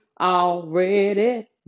already